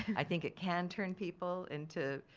i think it can turn people into,